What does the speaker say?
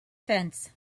fence